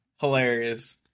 Hilarious